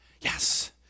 Yes